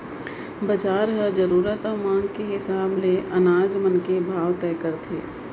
बजार ह जरूरत अउ मांग के हिसाब ले अनाज मन के भाव तय करथे